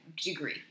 degree